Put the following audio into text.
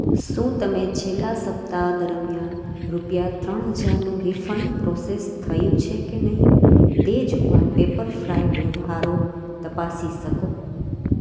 શું તમે છેલ્લાં સપ્તાહ દરમિયાન રૂપિયા ત્રણ હજારનું રિફંડ પ્રોસેસ થયું છે કે નહીં તે જોવા પેપરફ્રાય વ્યવહારો તપાસી શકો